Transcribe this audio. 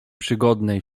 przygodnej